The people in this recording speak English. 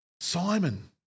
Simon